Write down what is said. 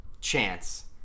chance